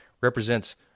represents